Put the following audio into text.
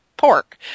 Pork